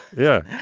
yeah.